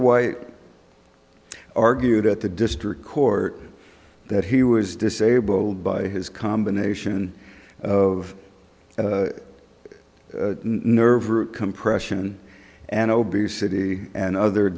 white argued at the district court that he was disabled by his combination of nerve root compression and obesity and other